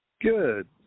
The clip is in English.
good